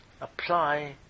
apply